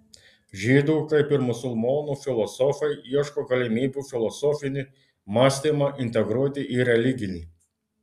žydų kaip ir musulmonų filosofai ieško galimybių filosofinį mąstymą integruoti į religinį